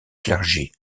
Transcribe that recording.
clergé